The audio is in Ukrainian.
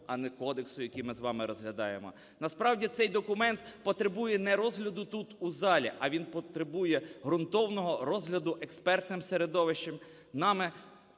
а не кодексу, який ми з вами розглядаємо. Насправді, цей документ потребує не розгляду тут у залі, а він потребує ґрунтовного розгляду експертним середовищем,